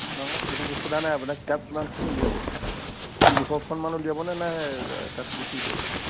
নহয় সেইতো সোধা নাই আপোনাক কিতাপ কিমানখন উলিয়াব তিনিশখন মান উলিয়াব নে নাই তাতকৈ বেছি উলিয়াব